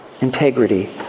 Integrity